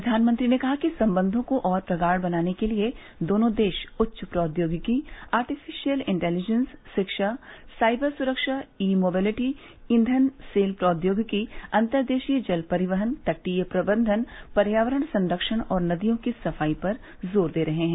प्रधानमंत्री ने कहा कि सम्बंधों को और प्रगाढ़ बनाने के लिए दोनों देश उच्च प्रौद्योगिकी आर्टिफिशियल इन्टेलिजेंस शिक्षा साइबर सुरक्षा ई मोबिलिटी ईथन सेल प्रौद्योगिकी अंतर्देशीय जल परिवहन तटीय प्रबंधन पर्यावरण संरक्षण और नदियों की सफाई पर जोर दे रहे हैं